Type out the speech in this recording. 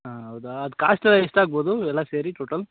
ಹಾಂ ಹೌದಾ ಅದು ಕಾಸ್ಟೆಲ್ಲ ಎಷ್ಟಾಗ್ಬೋದು ಎಲ್ಲ ಸೇರಿ ಟೋಟಲ್